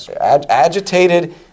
Agitated